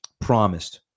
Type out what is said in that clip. promised